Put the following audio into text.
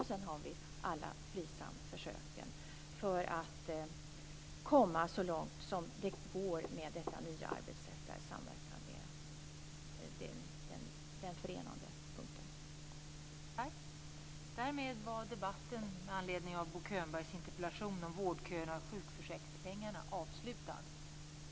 Dessutom har vi alla FRISAM försöken för att komma så långt det går med detta nya arbetssätt där samverkan är den förenande punkten.